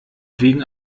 wegen